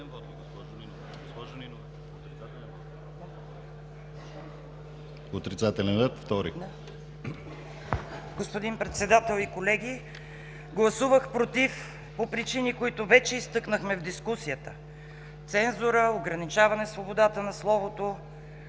Господин Председател и колеги! Гласувах „против“ по причини, които вече изтъкнахме в дискусията – цензура, ограничаване свободата на словото,